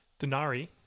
Denari